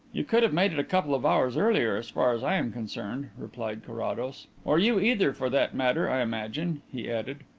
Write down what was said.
you could have made it a couple of hours earlier as far as i am concerned, replied carrados. or you either for that matter, i imagine, he added,